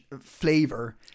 flavor